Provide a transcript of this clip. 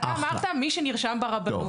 אתה אמרת, מי שנרשם ברבנות.